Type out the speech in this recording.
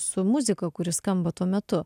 su muzika kuri skamba tuo metu